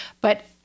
but-